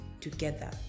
together